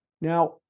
Now